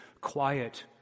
quiet